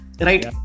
Right